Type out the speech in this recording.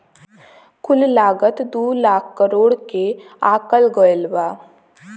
कुल लागत दू लाख करोड़ के आकल गएल बा